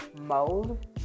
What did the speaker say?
mode